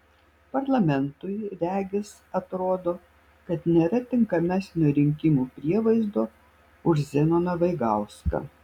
parlamentui regis atrodo kad nėra tinkamesnio rinkimų prievaizdo už zenoną vaigauską